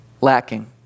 lacking